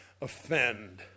offend